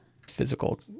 physical